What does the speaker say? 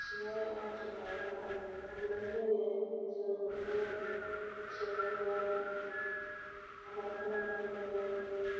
खिनाय हासुनाया प्रबलेम जायो जों बेखौ बोथ्रोदनांगोन आबार खालामनांगोन